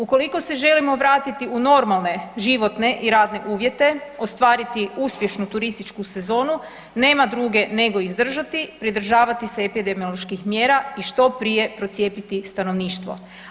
Ukoliko se želimo vratiti u normalne životne i radne uvjete, ostvariti uspješnu turističku sezonu, nema druge nego izdržati, pridržavati se epidemioloških mjera i što prije procijepiti stanovništvo.